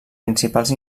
principals